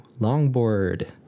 longboard